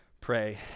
pray